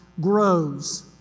grows